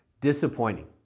disappointing